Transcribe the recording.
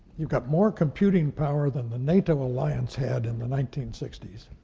you've got more computing power than the nato alliance had in the nineteen sixty s.